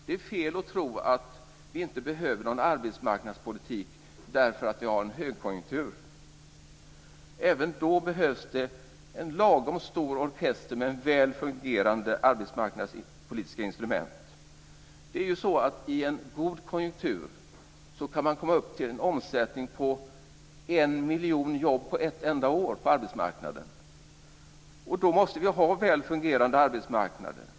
Det är fel att tro att vi inte behöver någon arbetsmarknadspolitik därför att vi har en högkonjunktur. Även då behövs det en lagom stor orkester med väl fungerande arbetsmarknadspolitiska instrument. I en god konjunktur kan man komma upp till en omsättning på 1 miljon jobb på ett enda år på arbetsmarknaden. Då måste vi ha en väl fungerande arbetsmarknad.